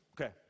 Okay